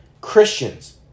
Christians